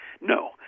no